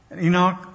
Enoch